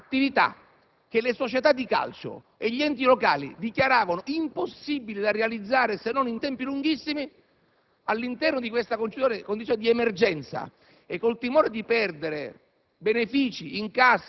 attività che le società di calcio e gli enti locali dichiaravano impossibili da realizzare, se non in tempi lunghissimi, all'interno di questa condizione di emergenza e con il timore di perdere